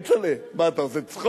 כצל'ה, מה אתה עושה צחוק?